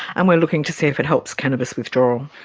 and we are looking to see if it helps cannabis withdrawal.